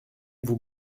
vous